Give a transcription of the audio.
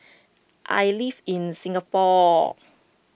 I live in Singapore